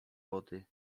wody